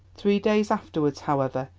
three days afterwards, however,